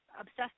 obsessed